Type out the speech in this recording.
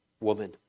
woman